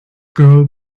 girl